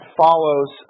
follows